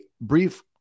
brief